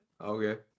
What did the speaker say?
Okay